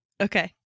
Okay